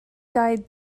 died